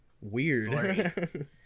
weird